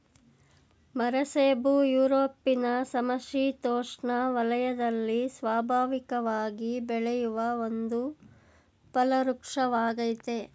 ಮರಸೇಬು ಯುರೊಪಿನ ಸಮಶಿತೋಷ್ಣ ವಲಯದಲ್ಲಿ ಸ್ವಾಭಾವಿಕವಾಗಿ ಬೆಳೆಯುವ ಒಂದು ಫಲವೃಕ್ಷವಾಗಯ್ತೆ